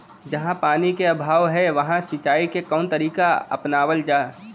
जहाँ पानी क अभाव ह वहां सिंचाई क कवन तरीका अपनावल जा?